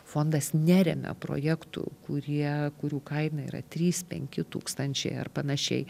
fondas neremia projektų kurie kurių kaina yra trys penki tūkstančiai ar panašiai